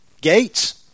Gates